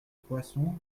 poisson